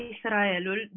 Israelul